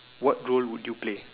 what role would you play